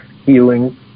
healing